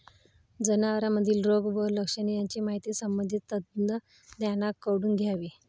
जनावरांमधील रोग व लक्षणे यांची माहिती संबंधित तज्ज्ञांकडून घ्यावी